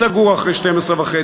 סגור אחרי 12:30,